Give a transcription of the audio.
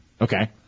Okay